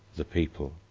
the people.